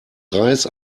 reis